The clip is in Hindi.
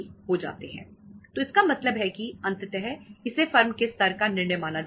तो इसका मतलब है कि अंततः इसे फर्म के स्तर का निर्णय माना जाएगा